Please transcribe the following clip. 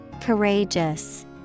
Courageous